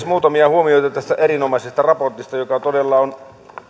muutamia huomioita tästä erinomaisesta raportista joka todella on